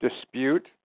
dispute